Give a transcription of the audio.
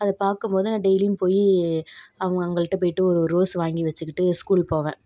அத பார்க்கும்போது நான் டெய்லியும் போய் அவங்க அவங்கள்ட போயிகிட்டு ஒரு ரோஸ் வாங்கி வச்சுக்கிட்டு ஸ்கூல் போவேன்